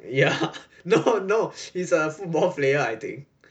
ya no no is a football player I think